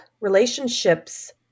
relationships